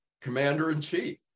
commander-in-chief